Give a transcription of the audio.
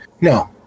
No